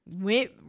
went